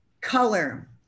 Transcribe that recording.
color